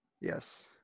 Yes